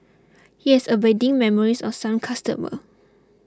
he has abiding memories of some customer